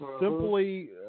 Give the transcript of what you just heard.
simply